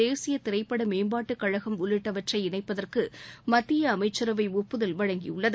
தேசிய திரைப்பட மேம்பாட்டுக் கழகம் உள்ளிட்டவற்றை இணைப்பதற்கு மத்திய அமைச்சரவை ஒப்புதல் வழங்கியுள்ளது